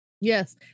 Yes